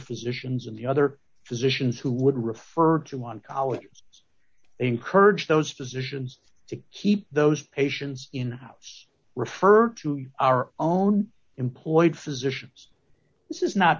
physicians and the other physicians who would refer to one encourage those physicians to keep those patients in house refer to our own employed physicians this is not